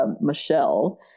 michelle